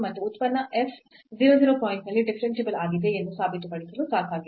ಮತ್ತು ಉತ್ಪನ್ನ f 0 0 ಪಾಯಿಂಟ್ನಲ್ಲಿ ಡಿಫರೆನ್ಸಿಬಲ್ ಆಗಿದೆ ಎಂದು ಸಾಬೀತುಪಡಿಸಲು ಸಾಕಾಗಿದೆ